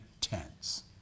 tents